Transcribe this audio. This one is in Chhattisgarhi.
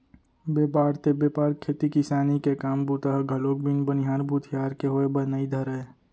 बेपार ते बेपार खेती किसानी के काम बूता ह घलोक बिन बनिहार भूथियार के होय बर नइ धरय